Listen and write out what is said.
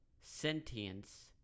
sentience